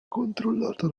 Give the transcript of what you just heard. controllata